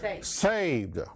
Saved